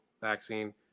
vaccine